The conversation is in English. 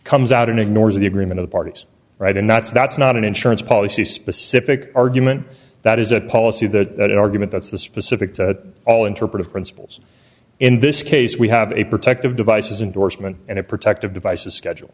comes out and ignores the agreement of the parties right and that's that's not an insurance policy specific argument that is a policy that argument that's the specific to all interpretive principles in this case we have a protective devices indorsement and a protective device a schedule